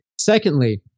Secondly